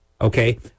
Okay